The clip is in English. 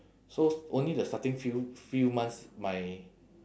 so only the starting few few months my